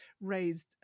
raised